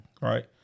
Right